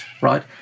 right